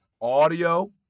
audio